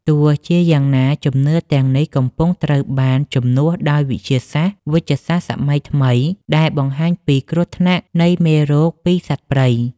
ទោះជាយ៉ាងណា ជំនឿទាំងនេះកំពុងត្រូវបានជំនួសដោយវិទ្យាសាស្ត្រវេជ្ជសាស្ត្រសម័យថ្មីដែលបង្ហាញពីគ្រោះថ្នាក់នៃមេរោគពីសត្វព្រៃ។